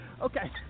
Okay